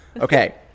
Okay